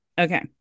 Okay